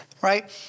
Right